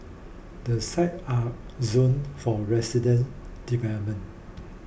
the site are zoned for resident development